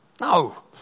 no